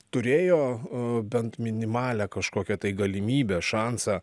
turėjo bent minimalią kažkokią tai galimybę šansą